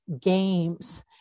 Games